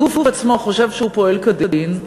הגוף עצמו חושב שהוא פועל כדין,